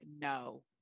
no